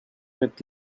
with